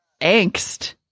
angst